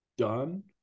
done